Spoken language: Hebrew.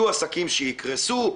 "יהיו עסקים שיקרסו".